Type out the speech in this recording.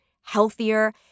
healthier